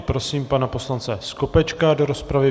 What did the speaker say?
Prosím pana poslance Skopečka do rozpravy.